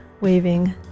Waving